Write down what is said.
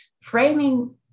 framing